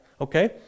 okay